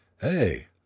Hey